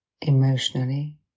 emotionally